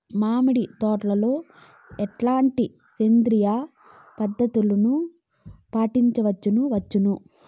మామిడి తోటలో ఎట్లాంటి సేంద్రియ పద్ధతులు పాటించవచ్చును వచ్చును?